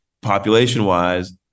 population-wise